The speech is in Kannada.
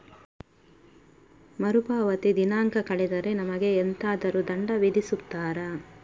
ಮರುಪಾವತಿ ದಿನಾಂಕ ಕಳೆದರೆ ನಮಗೆ ಎಂತಾದರು ದಂಡ ವಿಧಿಸುತ್ತಾರ?